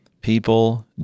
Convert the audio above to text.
people